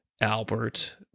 Albert